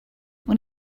when